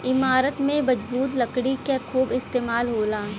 इमारत में मजबूत लकड़ी क खूब इस्तेमाल होला